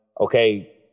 okay